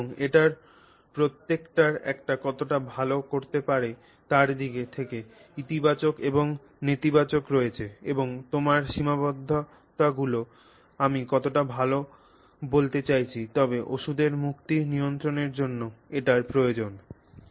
সুতরাং এবং এটির প্রত্যেকটির এটি কতটা ভাল করতে পারে তার দিক থেকে ইতিবাচক এবং নেতিবাচক রয়েছে এবং আপনার সীমাবদ্ধতাগুলি আমি কতটা ভাল বলতে চাইছি তবে ওষুধের মুক্তি নিয়ন্ত্রণের জন্য এটির প্রয়োজন